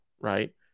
right